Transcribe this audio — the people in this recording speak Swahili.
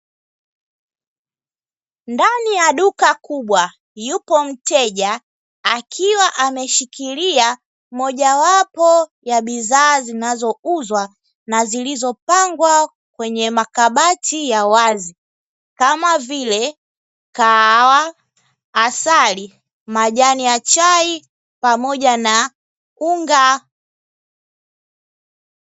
Ndani ya duka kubwa yupo mteja, akiwa ameshikilia mojawapo ya bidhaa zanazouzwa na zilizopangwa kwenye makabati ya wazi, kama vile: kahawa, asali, majani ya chai pamoja na unga.